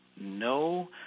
no